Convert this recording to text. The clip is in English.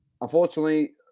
unfortunately